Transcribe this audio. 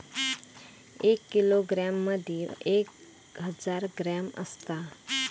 एक किलोग्रॅम मदि एक हजार ग्रॅम असात